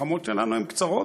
המלחמות שלנו הן קצרות,